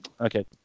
Okay